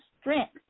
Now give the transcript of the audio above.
strength